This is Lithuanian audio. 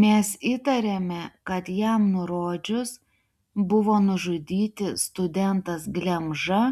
mes įtarėme kad jam nurodžius buvo nužudyti studentas glemža